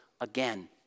again